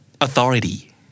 Authority